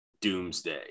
doomsday